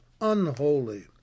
unholy